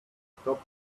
stop